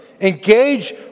engage